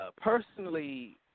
Personally